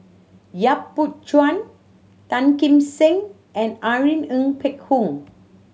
Yap Boon Chuan Tan Kim Seng and Irene Ng Phek Hoong